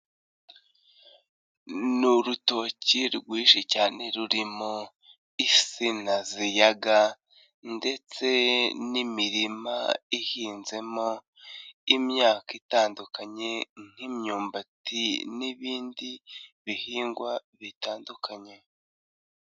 Ni urutoki rwinshi cyane rurimo insina ziyaga ndetse n'imirima ihinzemo imyaka itandukanye nk'imyumbati n'ibindi bihingwa bitandukanye.